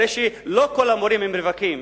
לא כל המורים הם רווקים,